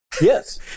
Yes